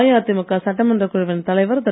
அஇஅதிமுக சட்டமன்ற குழுவின் தலைவர் திரு